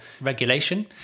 regulation